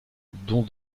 dont